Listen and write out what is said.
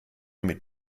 mit